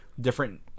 different